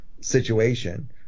situation